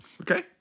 Okay